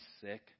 sick